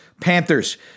Panthers